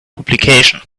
publication